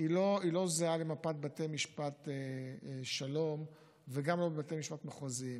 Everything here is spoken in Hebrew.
לא זהה למפת בתי משפט השלום וגם לא לבתי המשפט המחוזיים.